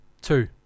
Two